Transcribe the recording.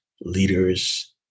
leaders